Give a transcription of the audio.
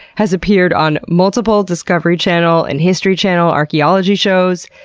has appeared on multiple discovery channel and history channel archaeology shows.